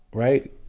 right?